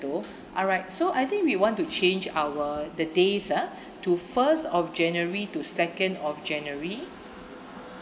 though alright so I think we want to change our the days ah to first of january to second of january